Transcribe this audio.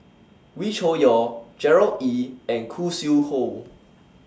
Wee Cho Yaw Gerard Ee and Khoo Sui Hoe